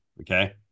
Okay